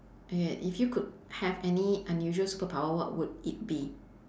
okay if you could have any unusual superpower what would it be